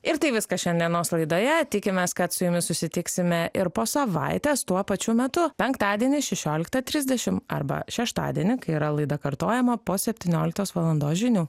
ir tai viskas šiandienos laidoje tikimės kad su jumis susitiksime ir po savaitės tuo pačiu metu penktadienį šešioliktą trisdešimt arba šeštadienį kai yra laida kartojama po septynioliktos valandos žinių